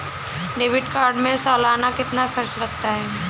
Debit card में सालाना कितना खर्च लगता है?